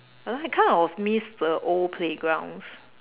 I kind of missed the old playgrounds